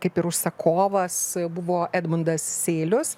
kaip ir užsakovas buvo edmundas seilius